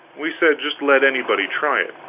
we said just let anybody try it!